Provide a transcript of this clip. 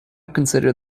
consider